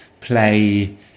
play